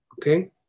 Okay